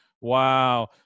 wow